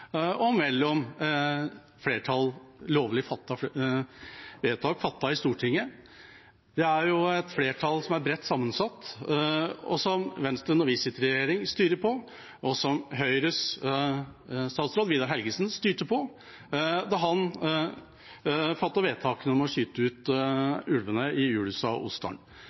maktkamp mellom Senterpartiet i rovviltsonene og lovlige vedtak fattet av flertallet i Stortinget. Det er et flertall som er bredt sammensatt, og som Venstre, når vi sitter i regjering, styrer på, og som Høyres statsråd Vidar Helgesen styrte på da han fattet vedtakene om å skyte ulvene i Julussa og Osdalen.